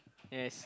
yes